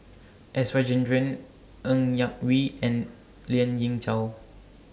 S Rajendran Ng Yak Whee and Lien Ying Chow